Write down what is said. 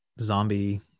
zombie